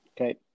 Okay